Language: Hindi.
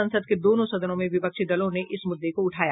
संसद के दोनों सदनों में विपक्षी दलों ने इस मुददे को उठाया